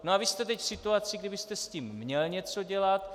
No a vy jste teď v situaci, kdy byste s tím měl něco dělat.